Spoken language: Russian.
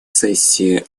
сессии